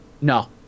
No